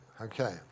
Okay